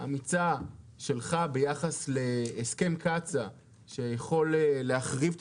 האמיצה שלך לגבי הסכם קצא"א שיכול להחריב את